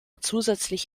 zusätzlich